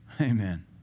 Amen